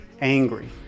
angry